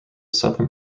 southern